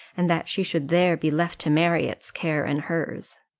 and that she should there be left to marriott's care and hers.